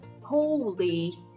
holy